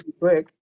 quick